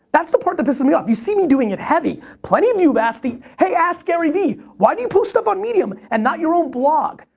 that's the part that pisses me off. you see me doing it heavy. plenty asked the, hey, askgaryvee, why do you post up on medium and not your own blog?